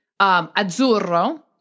Azzurro